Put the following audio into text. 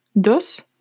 dos